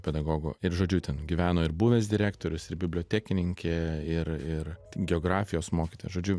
pedagogu ir žodžiu ten gyveno ir buvęs direktorius ir bibliotekininkė ir ir geografijos mokytoja žodžiu